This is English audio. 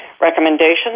recommendations